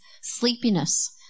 sleepiness